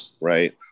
Right